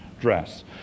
dress